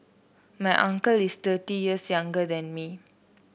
my uncle is thirty years younger than me